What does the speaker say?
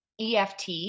EFT